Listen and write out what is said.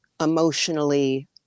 emotionally